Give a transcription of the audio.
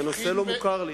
כי הנושא לא מוכר לי.